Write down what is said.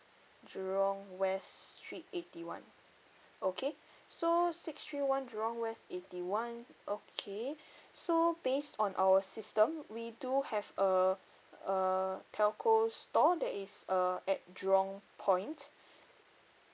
jurong west street eighty one okay so six three one jurong west eighty one okay so based on our system we do have a a telco store that is uh at jurong point